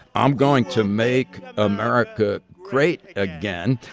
i'm going to make america great again.